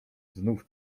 znów